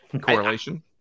Correlation